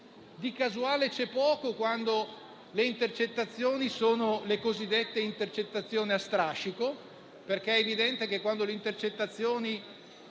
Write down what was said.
di casuale c'è poco, quando le intercettazioni sono le cosiddette intercettazioni a strascico. È evidente, infatti, che quando le intercettazioni